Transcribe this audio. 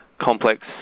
complex